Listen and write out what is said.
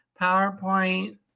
PowerPoint